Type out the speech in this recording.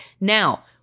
Now